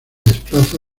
desplaza